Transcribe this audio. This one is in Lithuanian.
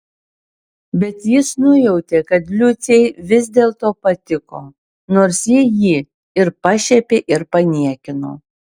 bet jis nujautė kad liucei vis dėlto patiko nors ji jį ir pašiepė ir paniekino